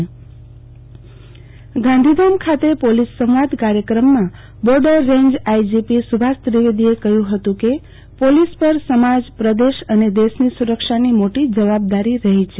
આરતી ભટ ગાંધીધામ પોલીસસંવાદ ગાંધીધામ ખાતે પોલીસ સંવાદ કાર્યક્રમમાં બોર્ડર રન્જ આઈજીપી સુભાષ ત્રિવેદોઅ કહયું હતું કે પોલીસ પર સમાજ પ્રદેશ અને દેશની સુરક્ષાની મોટી જવાબદારી રહી છે